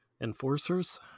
Enforcers